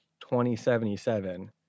2077